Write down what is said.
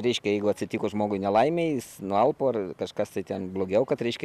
reiškia jeigu atsitiko žmogui nelaimė jis nualpo ar kažkas tai ten blogiau kad reiškia